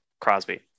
Crosby